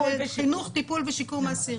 טיפול ושיקום האסיר